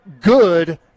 good